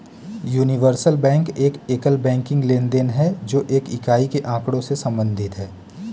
universal bank एक एकल banking लेनदेन है, जो एक इकाई के आँकड़ों से संबंधित है